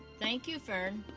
thank you, fern.